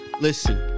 listen